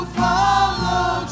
follow